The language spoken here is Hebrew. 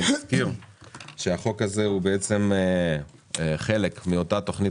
אני מזכיר שהחוק הזה הוא חלק מאותה תוכנית